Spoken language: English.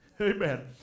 Amen